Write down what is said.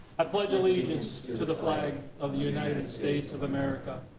i pledge allegiance to the flag of the united states of america,